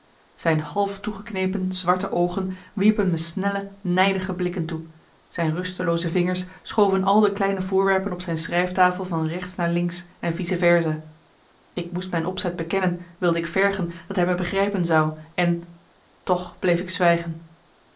zijn half toegeknepen zwarte oogen wierpen me snelle nijdige blikken toe zijn rustelooze vingers schoven al de kleine voorwerpen op zijn schrijftafel van rechts naar links en vice versa ik moest mijn opzet bekennen wilde ik vergen dat hij mij begrijpen zou en toch bleef ik zwijgen